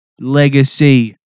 Legacy